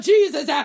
Jesus